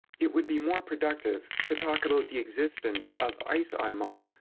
it would be more productive to talk about the existence of ice on mars.